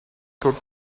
could